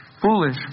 Foolish